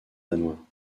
danois